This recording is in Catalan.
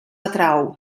atrau